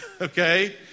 okay